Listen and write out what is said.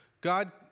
God